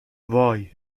وای